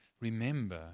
Remember